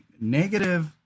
negative